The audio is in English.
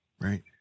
Right